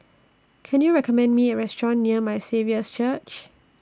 Can YOU recommend Me A Restaurant near My Saviour's Church